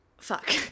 Fuck